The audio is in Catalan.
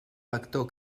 lector